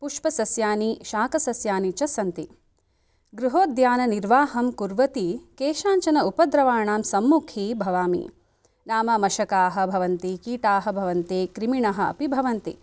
पुष्पसस्यानि शाकसस्यानि च सन्ति गृहोद्याननिर्वाहं कुर्वती केषाञ्चन उपद्रवाणां समुखी भवामि नाम मषकाः भवन्ति कीटाः भवन्ति क्रिमिणः अपि भवन्ति